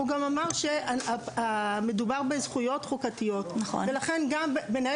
הוא גם אמר שמדובר בזכויות חוקתיות ולכן גם מנהל